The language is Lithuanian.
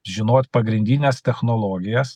žinot pagrindines technologijas